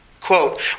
Quote